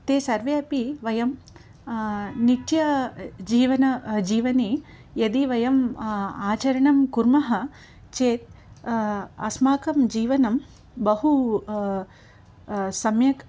ते सर्वेपि वयं नित्यजीवने जीवने यदि वयं आचरणं कुर्मः चेत् अस्माकं जीवनं बहु सम्यक्